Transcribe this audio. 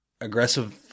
aggressive